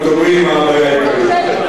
תאמרי לי מה הבעיה העיקרית.